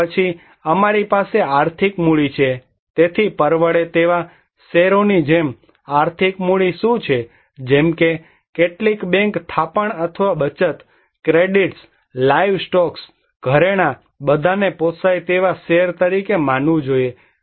અને પછી અમારી પાસે આર્થિક મૂડી છે તેથી પરવડે તેવા શેરોની જેમ આર્થિક મૂડી શું છે જેમ કે કેટલીક બેંક થાપણ અથવા બચત ક્રેડિટ્સ લાઇવ સ્ટોક્સ ઘરેણાં બધાને પોસાય તેવા શેર તરીકે માનવું જોઈએ